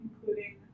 including